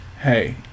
Hey